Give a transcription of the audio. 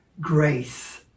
grace